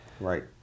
Right